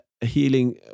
healing